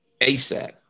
ASAP